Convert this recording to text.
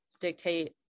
dictate